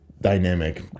dynamic